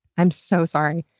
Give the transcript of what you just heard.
i'm so sorry.